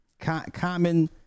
common